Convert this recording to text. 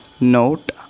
Note